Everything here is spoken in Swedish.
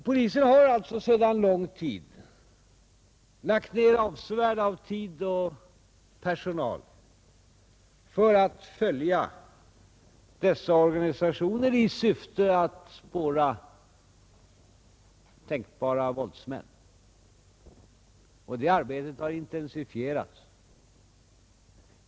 Polisen har således sedan lång tid lagt ned avsevärd tid och satt in stor personal för att följa dessa organisationer, i syfte att spåra tänkbara våldsmän. Och det arbetet har intensifierats.